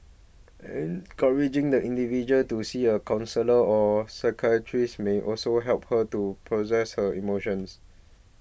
encouraging the individual to see a counsellor or psychiatrist may also help her to process her emotions